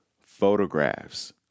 photographs